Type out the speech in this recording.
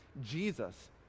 Jesus